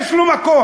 יש לו מקום,